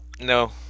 no